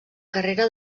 carrera